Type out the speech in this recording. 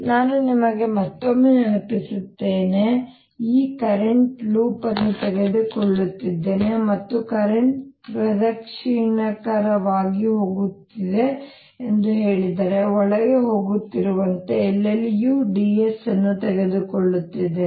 ನಾನು ನಿಮಗೆ ಮತ್ತೊಮ್ಮೆ ನೆನಪಿಸುತ್ತೇನೆ ನಾನು ಈ ಕರೆಂಟ್ ಲೂಪ್ ಅನ್ನು ತೆಗೆದುಕೊಳ್ಳುತ್ತಿದ್ದೇನೆ ಮತ್ತು ಕರೆಂಟ್ ಪ್ರದಕ್ಷಿಣಾಕಾರವಾಗಿ ಹೋಗುತ್ತಿದೆ ಎಂದು ಹೇಳಿದರೆ ಒಳಗೆ ಹೋಗುತ್ತಿರುವಂತೆ ಎಲ್ಲೆಲ್ಲಿಯೂ ds ತೆಗೆದುಕೊಳ್ಳುತ್ತಿದ್ದೇನೆ